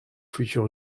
futur